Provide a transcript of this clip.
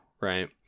right